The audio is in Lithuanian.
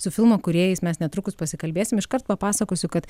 su filmo kūrėjais mes netrukus pasikalbėsim iškart papasakosiu kad